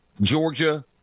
Georgia